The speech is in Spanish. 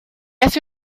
hace